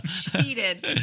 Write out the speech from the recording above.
Cheated